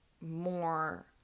more